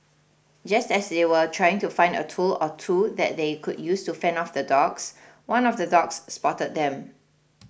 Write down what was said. just as they were trying to find a tool or two that they could use to fend off the dogs one of the dogs spotted them